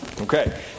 Okay